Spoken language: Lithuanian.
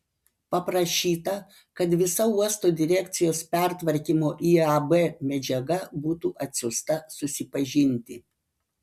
paprašyta kad visa uosto direkcijos pertvarkymo į ab medžiaga būtų atsiųsta susipažinti